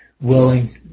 Willing